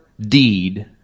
deed